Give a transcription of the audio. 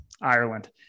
Ireland